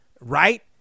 right